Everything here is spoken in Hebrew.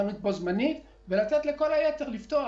להיות בחנות בו-זמנית ולתת לכל היתר לפתוח.